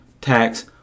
tax